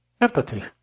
empathy